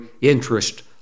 interest